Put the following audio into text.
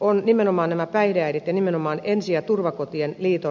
ovat nimenomaan päihdeäidit ja nimenomaan ensi ja turvakotien liiton hakemus